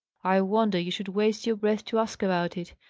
i wonder you should waste your breath to ask about it,